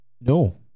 No